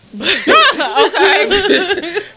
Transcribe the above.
Okay